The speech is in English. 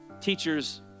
teachers